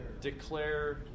Declare